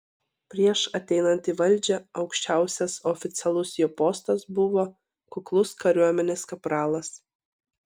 prieš ateinant į valdžią aukščiausias oficialus jo postas buvo kuklus kariuomenės kapralas